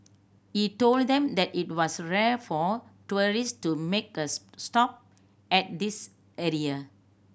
he told them that it was rare for tourist to make a stop at this area